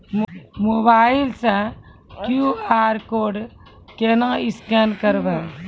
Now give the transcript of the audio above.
Mobile से QR code केना scan करबै?